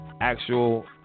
actual